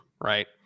right